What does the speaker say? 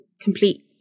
complete